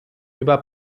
über